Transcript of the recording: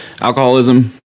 alcoholism